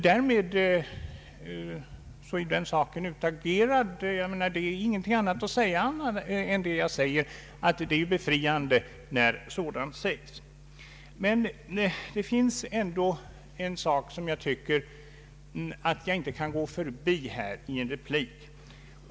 Därmed är den saken utagerad, och det finns ingenting mer att nu säga. Men det är ändå en sak som jag tycker att jag inte kan gå förbi i en replik.